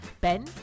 Ben